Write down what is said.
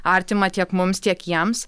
artima tiek mums tiek jiems